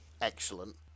Excellent